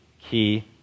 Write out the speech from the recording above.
key